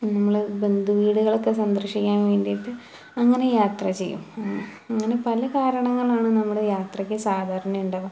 നമ്മൾ ബന്ധു വീടുകളൊക്കെ സന്ദർശിക്കാൻ വേണ്ടിയിട്ട് അങ്ങനെ യാത്ര ചെയ്യും അങ്ങനെ പല കാരണങ്ങളാണ് നമ്മുടെ യാത്രയ്ക്ക് സാധാരണ ഉണ്ടാവുക